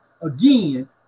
again